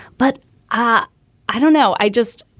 but i i don't know. i just.